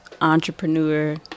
entrepreneur